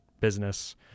business